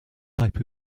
type